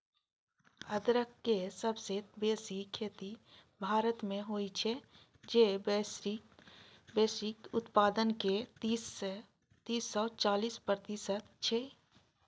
अदरक के सबसं बेसी खेती भारत मे होइ छै, जे वैश्विक उत्पादन के तीस सं चालीस प्रतिशत छै